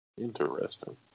Interesting